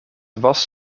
was